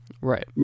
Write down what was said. Right